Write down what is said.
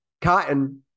Cotton